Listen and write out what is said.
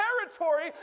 territory